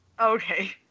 Okay